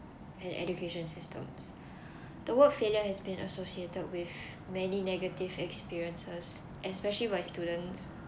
and education systems the word failure has been associated with many negative experiences especially by students